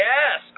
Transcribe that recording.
Yes